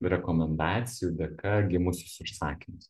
rekomendacijų dėka gimusius užsakymus